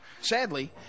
Sadly